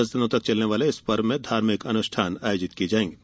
दस दिनों तक चलने वाले इस पर्व में धार्मिक अनुष्ठान किये जायेंगे